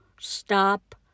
stop